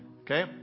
okay